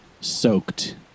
soaked